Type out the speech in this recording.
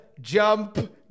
jump